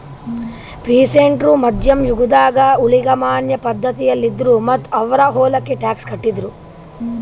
peasant ರು ಮಧ್ಯಮ್ ಯುಗದಾಗ್ ಊಳಿಗಮಾನ್ಯ ಪಧ್ಧತಿಯಲ್ಲಿದ್ರು ಮತ್ತ್ ಅವ್ರ್ ಹೊಲಕ್ಕ ಟ್ಯಾಕ್ಸ್ ಕಟ್ಟಿದ್ರು